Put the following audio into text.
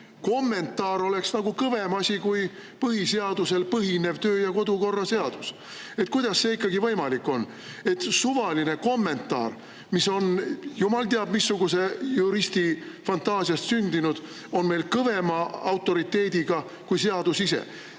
kommentaar oleks nagu kõvem asi kui põhiseadusel põhinev töö- ja kodukorra seadus. Kuidas see ikkagi võimalik on, et suvaline kommentaar, mis on jumal teab missuguse juristi fantaasiast sündinud, on meil kõvema autoriteediga kui seadus ise?